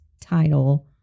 title